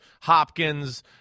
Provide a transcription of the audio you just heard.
Hopkins